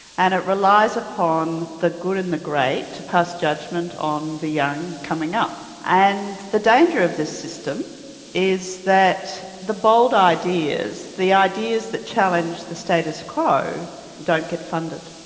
and it relies upon the good and the great to pass judgement on the young coming up. and the danger of this system is that the bold ideas, the ideas that challenge the status quo don't get funded,